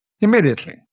Immediately